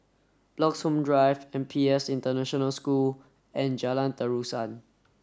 Bloxhome Drive N P S International School and Jalan Terusan